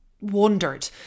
wondered